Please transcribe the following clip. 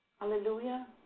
Hallelujah